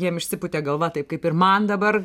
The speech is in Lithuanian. jiem išsipūtė galva taip kaip ir man dabar